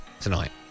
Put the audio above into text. tonight